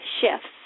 shifts